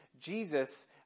Jesus